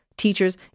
Teachers